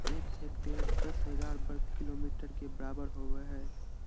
एक हेक्टेयर दस हजार वर्ग मीटर के बराबर होबो हइ